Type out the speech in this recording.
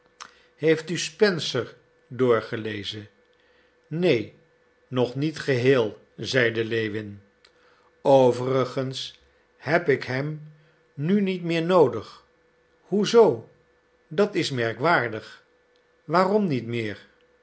heeft u spencer doorgelezen neen nog niet geheel zeide lewin overigens heb ik hem nu niet meer noodig hoe zoo dat is merkwaardig waarom niet meer